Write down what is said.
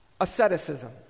asceticism